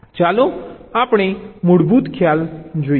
ચાલો મૂળભૂત ખ્યાલ જોઈએ